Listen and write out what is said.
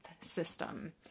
system